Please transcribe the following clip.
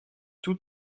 tout